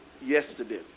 yesterday